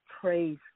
Praise